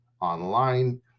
online